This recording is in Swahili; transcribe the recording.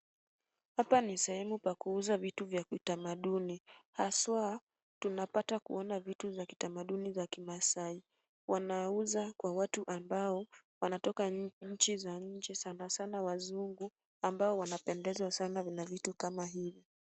Hapa ni sehemu pa kuuza vitu vya kitamaduni, haswa tunapata kuona vitu za kitamaduni za kimaasai. Wanauza kwa watu ambao wanatoka nchi za nje sana sana wazungu, ambao wanapendezwa sana na vitu kama hivi.